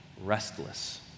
restless